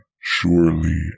surely